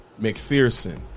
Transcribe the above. McPherson